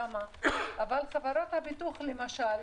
אבל חברות הביטוח למשל,